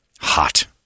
hot